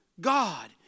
God